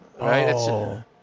Right